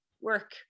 work